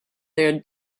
their